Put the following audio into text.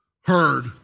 heard